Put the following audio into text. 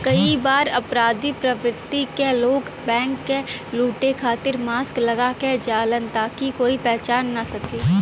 कई बार अपराधी प्रवृत्ति क लोग बैंक क लुटे खातिर मास्क लगा क जालन ताकि कोई पहचान न सके